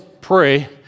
pray